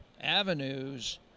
avenues